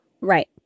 Right